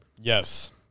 Yes